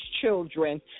children